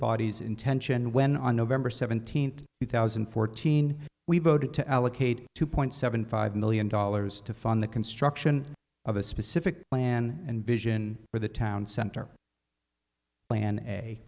body's intention when on november seventeenth two thousand and fourteen we voted to allocate two point seven five million dollars to fund the construction of a specific plan and vision for the town center plan a